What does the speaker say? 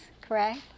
correct